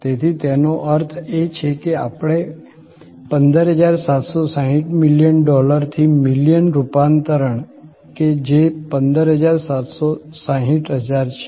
તેથી તેનો અર્થ એ કે આપણે 15760 મિલિયન કરોડથી મિલિયન રૂપાંતરણ કે જે 15760 હજાર છે